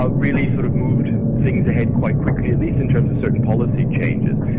ah really sort of moved things ahead quite quickly, at least in terms of certain policy changes.